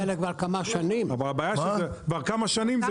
כבר כמה שנים שזה כך.